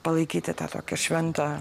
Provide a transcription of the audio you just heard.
palaikyti tą tokią šventą